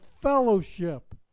fellowship